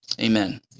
Amen